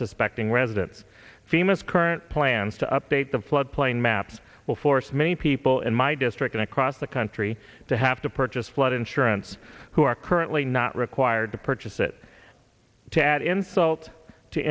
suspecting residents famous current plans to update the flood plain maps will force many people in my district and across the country to have to purchase flood insurance who are currently not required to purchase it to add insult to